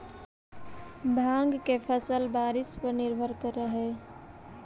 भाँग के फसल बारिश पर निर्भर करऽ हइ